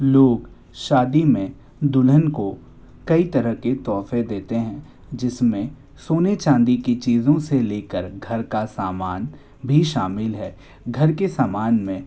लोग शादी में दुल्हन को कई तरह के तौफे देते हैं जिसमे सोने चाँदी की चीज़ों से ले कर घर का सामान भी शामिल है घर के समान में